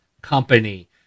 company